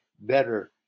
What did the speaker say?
better